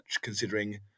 considering